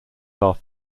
half